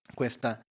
questa